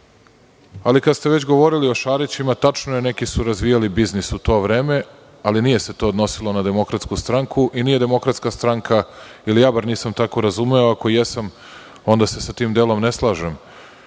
ali kad ste već govorili o Šarićima, tačno je, neki su razvijali biznis u to vreme, ali nije se to odnosilo na DS i nije DS, ili ja bar nisam tako razumeo, ako jesam, onda se sa tim delom ne slažem. Bio